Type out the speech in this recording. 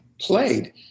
played